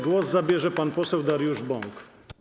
Głos zabierze pan poseł Dariusz Bąk.